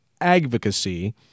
advocacy